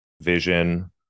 vision